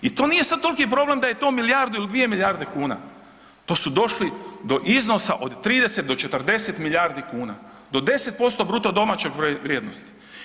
I to nije sad toliki problem da je to milijardu ili 2 milijarde kuna to su došli do iznosa od 30 do 40 milijardi kuna, do 10% bruto domaće vrijednosti.